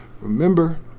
Remember